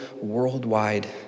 worldwide